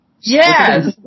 Yes